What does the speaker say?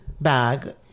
bag